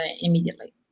immediately